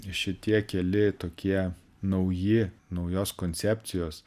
šitie keli tokie nauji naujos koncepcijos